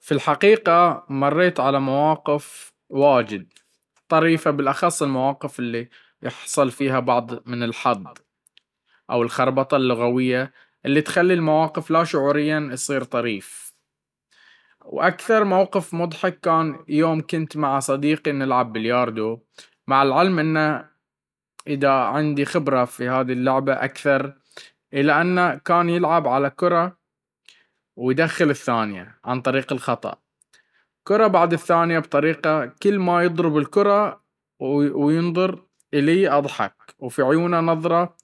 في الحقيقة, مريت علي مواقف وااجد طريفة بالاخص المواقف الي يحصل فيها بعض من الحظ, أوالخربطة اللغوية اللي تخلي الموقف لا شعوريا يصير طريف. أكثر موقف مضحك كان يوم كنت معى صديقي نلعب بلياردو مع العلم انه انا عندي خبرة في هذي اللعبة اكثر الا انه كان يلعب على كرة ويدخل الثانية عن طريق الخطأ, كرة بعد القانية بطريقة كلما يضرب الكرة وينظر الي اضحك وفي عيونه نظرة